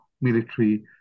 military